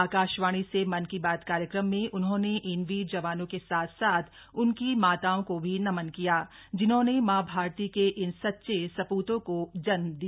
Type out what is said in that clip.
आकाशवाणी से मन की बात कार्यक्रम में उन्होंने इन वीर जवानों के साथ साथ उनकी माताओं को भी नमन किया जिन्होंने मां भारती के इन सच्चे सपूतों को जन्म दिया